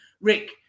Rick